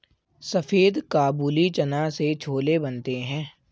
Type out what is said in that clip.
सफेद काबुली चना से छोले बनते हैं